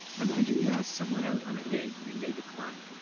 imagine you ask someone out on a date and they decline.